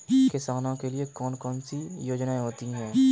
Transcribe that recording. किसानों के लिए कौन कौन सी योजनायें होती हैं?